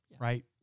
right